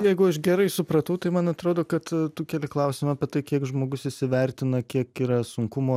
jeigu aš gerai supratau tai man atrodo kad tu keli klausimą apie tai kiek žmogus įsivertina kiek yra sunkumo